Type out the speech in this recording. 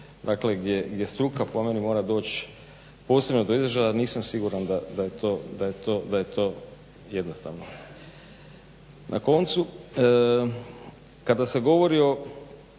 dakle gdje struka po meni mora doći posebno do izražaja nisam siguran da je to jednostavno. Na koncu, kada se govori o